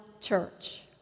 church